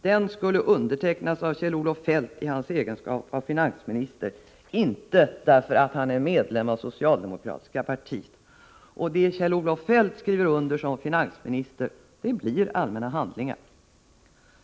Den skulle undertecknas av Kjell-Olof Feldt i hans egenskap av finansminister, inte därför att han är medlem av socialdemokratiska partiet, och det Kjell-Olof Feldt skriver under som finansminister blir allmänna handlingar.